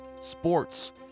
sports